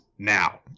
now